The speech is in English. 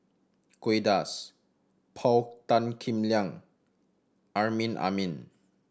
Kay Das Paul Tan Kim Liang Amrin Amin